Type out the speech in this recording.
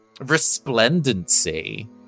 resplendency